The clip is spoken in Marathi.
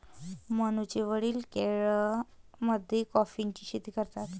मनूचे वडील केरळमध्ये कॉफीची शेती करतात